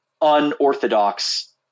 unorthodox